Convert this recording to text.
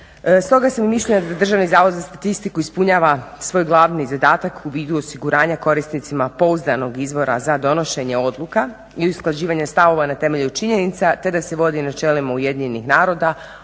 Stoga sam mišljenja da Državni zavod za statistiku ispunjava svoj glavni zadatak u vidu osiguranja korisnicima pouzdanog izvora za donošenje odluka i usklađivanja stavova na temelju činjenica te da se vodi načelima UN-a,